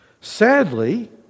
sadly